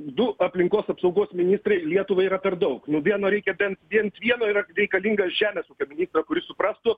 du aplinkos apsaugos ministrai lietuvai yra per daug nu vieno reikia bent bent vieno yra reikalingas žemės ūkio ministrą kuris suprastų